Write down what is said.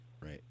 Right